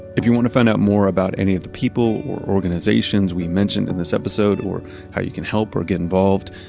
if you want to find out more about any of the people or organizations we mentioned in this episode or how you can help or get involved,